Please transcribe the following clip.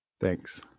thanks